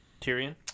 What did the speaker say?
Tyrion